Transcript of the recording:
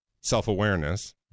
self-awareness